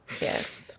Yes